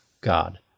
God